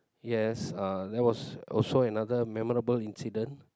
yes uh that was also another memorable incident